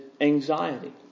anxiety